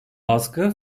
baskı